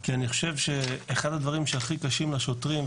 כי אני חושב שאחד הדברים שהכי קשים לשוטרים,